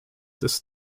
this